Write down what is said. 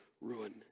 ruin